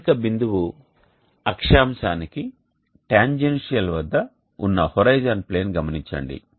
స్థానిక బిందువు అక్షాంశానికి టాంజెన్షియల్ వద్ద ఉన్న హోరిజోన్ ప్లేన్ గమనించండి